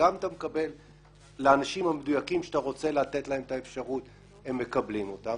גם האנשים המדויקים שאתה רוצה לתת להם את האפשרות מקבלים אותה,